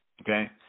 Okay